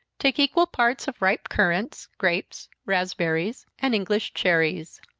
take equal parts of ripe currants, grapes, raspberries, and english cherries.